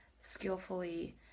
skillfully